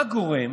מה גורם